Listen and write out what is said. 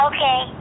Okay